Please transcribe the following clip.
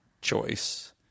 choice